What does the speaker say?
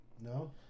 No